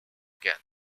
again